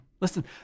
Listen